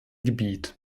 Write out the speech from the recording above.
gebiet